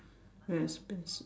very expen~